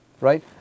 right